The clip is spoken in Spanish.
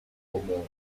como